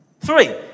Three